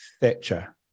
Thatcher